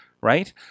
right